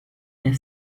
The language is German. der